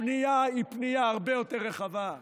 הפנייה היא פנייה הרבה יותר רחבה.